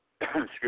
Excuse